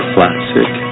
Classic